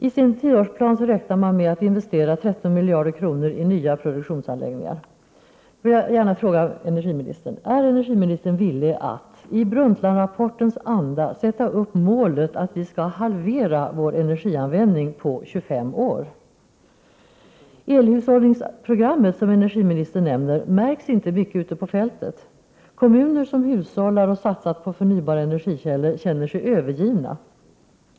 I sin tioårsplan räknar verket med att investera 13 miljarder kronor i nya produktionsanlägg ningar. Jag vill då gärna fråga energiministern: Är energiministern villig att i Brundtlandrapportens anda sätta upp målet att vi skall halvera vår energianvändning på 25 år? Elhushållningsprogrammet, som energiministern nämner, märks inte mycket av på fältet. Kommuner som hushållar och har satsat på förnybara energikällor känner sig övergivna.